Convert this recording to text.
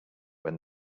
when